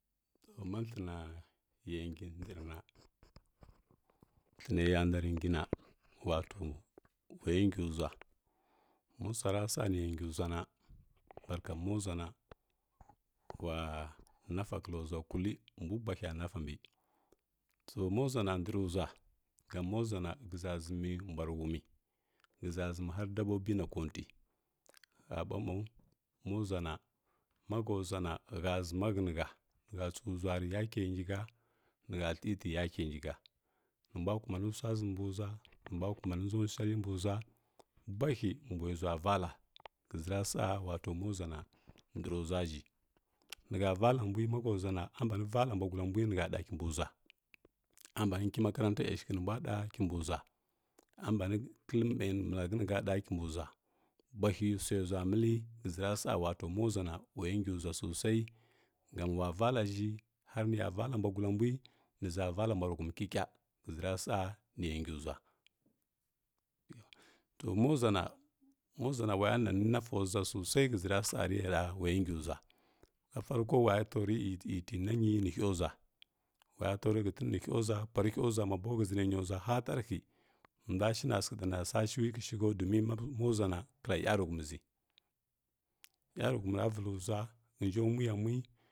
To ma thlənə yə ngi ndə ngi na thlənə ya ndarə ngi na wato yə ngi bwa mo saora sa nə yə ngi ʒwa na barka ma ʒwa na wa nafa kəlla ʒwa kulli mbw buahya nafa bəi to ma ʒwa na ndəri ʒwa gani mo ʒwə na gəʒa ʒəmi nə mbwa rə humi həʒa ʒəmi har dabobi na kulty ha ɓa maw ma ʒwa na ʒwa na ha ʒəma hənə ha nə ha tsəu ʒwa rə yakə ngi ha nə ha thlə tə yakə ngi ha wa mbwa kumani swa ʒəmə mbə ʒwa wa mbwa kunani ndʒa shwai mbg ʒwa mbwahi mbwə ʒa valla həʒəra wato ma ʒwa na ndərə ʒwa ʒhi nə ha valla mbwi ambani valla mbwa gulla mbusi mbə ʒwa a mbani nki makaranta yshəghə nə mbwa ɗa kimbi ʒwa a bany mai maləhə nə ha ɗa kimbi ʒwa mbwahi swai ʒwa məllə həʒara sa nə ya ngi ʒwa sosai gam wa valla ʒhi har nə ya valla mbwa gulla mbwi nə həʒə halla mbwa və huni kikya həʒʒra sa nə ya ngi ʒwa, to ma ʒwa na wa ya nani nafa ʒwa sosai həʒəra sa rə ya da wa ya ngi ʒwa na farko waya ta wa rə iy tinyi nə həu ʒwa pwarə hya ʒwa mabo həʒərə nyo ʒwa har tərahy ndwa shi na səghə ɗa na swa shi wi həshə həu domin mo ʒwa na kəlla yarəghəu mi ʒəi yarəghəumə ra vəllə ʒwa hənjo mui yamui.